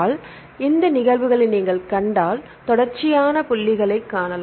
எனவே இந்த நிகழ்வுகளை நீங்கள் கண்டால் தொடர்ச்சியான புள்ளிகளைக் காணலாம்